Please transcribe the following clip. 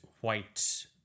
white